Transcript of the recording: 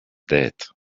debt